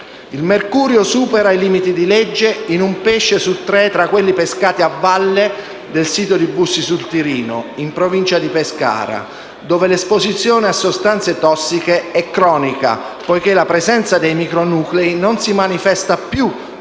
Il mercurio supera i limiti di legge in un pesce su tre tra quelli pescati a valle del sito di Bussi sul Tirino, in provincia di Pescara, dove l'esposizione a sostanze tossiche è cronica, poiché la presenza dei micronuclei non si manifesta più